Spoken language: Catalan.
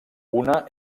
una